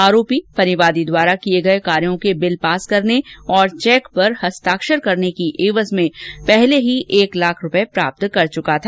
आरोपी परिवादी द्वारा किए गए कार्यो के बिल पास करने और चैक पर हस्ताक्षर करने की एवज में पहले एक लाख रूपए प्राप्त कर चुका था